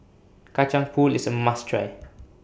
Kacang Pool IS A must Try